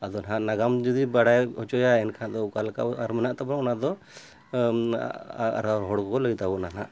ᱟᱫᱚ ᱱᱟᱦᱟᱜ ᱱᱟᱜᱟᱢ ᱡᱩᱫᱤ ᱵᱟᱲᱟᱭ ᱦᱚᱪᱚᱭᱟ ᱮᱱᱠᱷᱟᱱ ᱫᱚ ᱚᱠᱟ ᱞᱮᱠᱟ ᱟᱨ ᱢᱮᱱᱟᱜ ᱛᱟᱵᱚᱱᱟ ᱚᱱᱟᱫᱚ ᱟᱨᱦᱚᱸ ᱦᱚᱲ ᱠᱚᱠᱚ ᱞᱟᱹᱭ ᱛᱟᱵᱚᱱᱟ ᱦᱟᱸᱜ